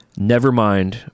Nevermind